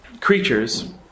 creatures